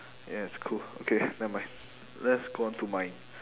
ya it's cool okay never mind let's go on to mine